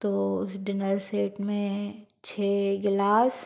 तो उस dinner set में छः गिलास